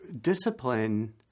discipline